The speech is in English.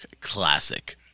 Classic